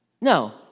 No